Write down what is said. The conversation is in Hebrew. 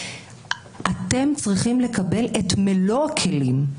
אתם צריכים לקבל את מלוא כלים,